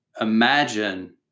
imagine